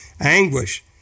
Anguish